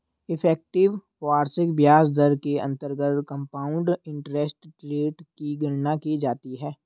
effective वार्षिक ब्याज दर के अंतर्गत कंपाउंड इंटरेस्ट रेट की गणना की जाती है